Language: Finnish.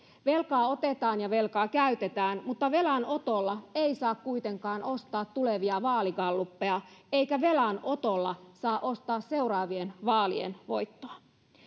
velkaa otetaan ja velkaa käytetään mutta velanotolla ei saa kuitenkaan ostaa tulevia vaaligallupeja eikä velanotolla saa ostaa seuraavien vaalien voittoa